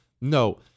No